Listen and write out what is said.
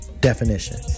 definition